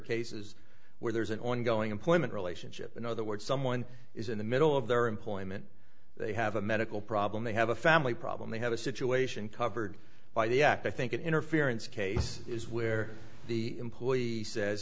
cases where there's an ongoing employment relationship in other words someone is in the middle of their employment they have a medical problem they have a family problem they have a situation covered by the act i think interference case is where the employee says